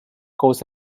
goes